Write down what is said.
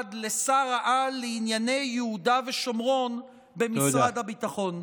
המיועד לשר-העל לענייני יהודה ושומרון במשרד הביטחון.